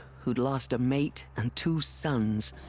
who'd lost a mate, and two sons.